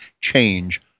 change